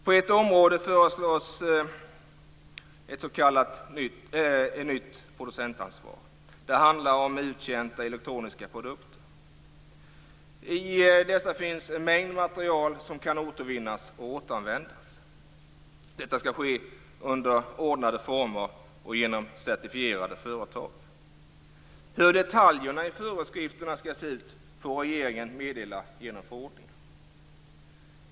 På ett område föreslås ett nytt producentansvar. Det handlar om uttjänta elektroniska produkter. I dessa finns en mängd material som kan återvinnas och återanvändas. Detta skall ske under ordnade former och genom certifierade företag. Hur detaljerna i föreskrifterna skall se ut får regeringen meddela genom förordningar.